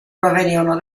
provenivano